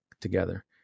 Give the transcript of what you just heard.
together